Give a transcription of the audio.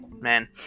Man